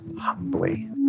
humbly